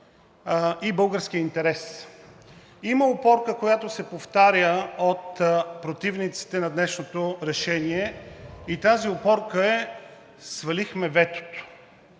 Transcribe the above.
и българския интерес. Има опорка, която се повтаря от противниците на днешното решение, и тази опорка е: „Свалихме ветото“.